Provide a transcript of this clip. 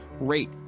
rate